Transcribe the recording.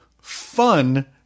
fun